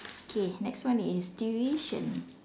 okay next one is tuition